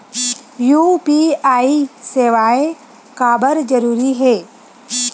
UPI सेवाएं काबर जरूरी हे?